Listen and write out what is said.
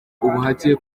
ubuhake